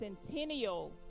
centennial